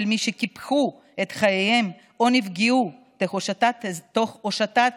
מי שקיפחו את חייהם או נפגעו תוך הושטת